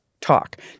talk